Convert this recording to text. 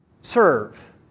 serve